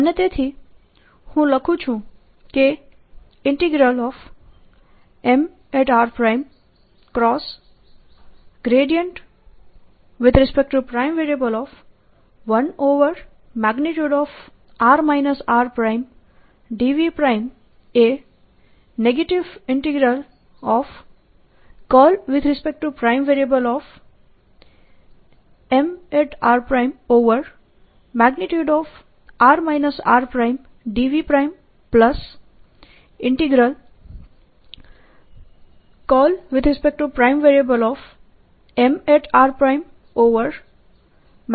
અને તેથી હું લખું છું કે Mr×1r rdV એ Mrr rdVMrr rdV ની બરાબર છે